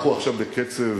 אנחנו עכשיו בקצב,